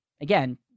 again